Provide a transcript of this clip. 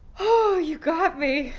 ah you got me.